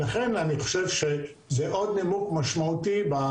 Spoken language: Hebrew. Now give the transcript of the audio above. מסכים איתך.